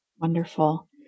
Wonderful